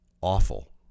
awful